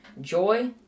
joy